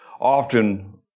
Often